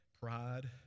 Pride